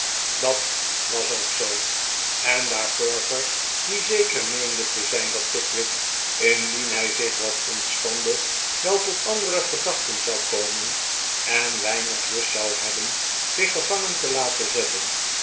dit was ook zoo en daar perker die zeker meende te zijn dat pickwick indien hij zich wat ontspande wel tot ahdere gedachten zou komen en weinig lust zou hebben zich gevangen te laten zetten